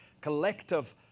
collective